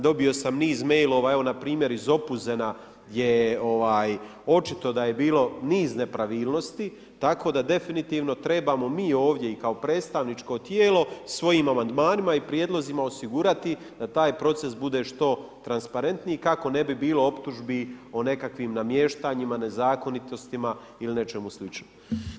Dobio sam niz mailova, evo na primjer iz Opuzena je očito da je bilo niz nepravilnosti, tako da definitivno trebamo mi ovdje i kao predstavničko tijelo svojim amandmanima i prijedlozima osigurati da taj proces bude što transparentniji kako ne bi bilo optužbi o nekakvim namještanjima, nezakonitostima ili nečemu sličnom.